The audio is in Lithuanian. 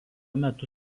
metu